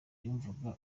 yumvaga